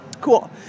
cool